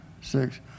six